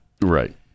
Right